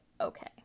okay